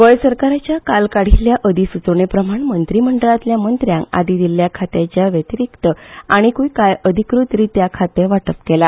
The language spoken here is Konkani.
गोंय सदकाराच्या काल काडिल्ल्या अधिसुचोवणे प्रमाण मंत्रीमंडळातल्या मंत्र्यांक आदी दिल्ल्या खात्यांच्या वेतीरिक्तआनीकूय कांय अधिकृत दित्या खातें वांटप केला